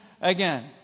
again